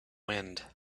wind